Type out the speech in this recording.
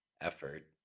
effort